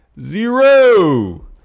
Zero